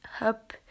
up